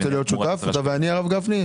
אתה רוצה להיות שותף אתה ואני הרב גפני?